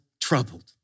troubled